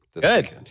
Good